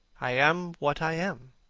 i am what i am.